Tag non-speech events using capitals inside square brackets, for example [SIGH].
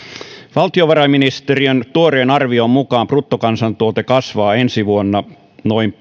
valtiovarainministeriön tuoreen arvion mukaan bruttokansantuote kasvaa ensi vuonna noin [UNINTELLIGIBLE]